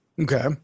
Okay